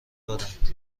دادند